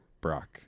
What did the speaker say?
Brock